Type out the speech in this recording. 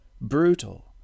brutal